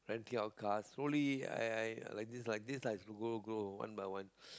renting of cars slowly I I like this like this like grow grow one by one